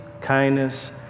kindness